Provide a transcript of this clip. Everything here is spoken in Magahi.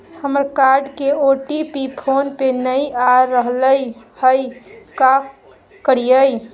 हमर कार्ड के ओ.टी.पी फोन पे नई आ रहलई हई, का करयई?